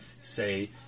say